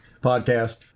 podcast